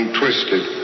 twisted